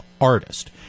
artist